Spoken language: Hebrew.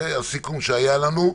זה הסיכום שהיה לנו,